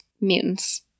mutants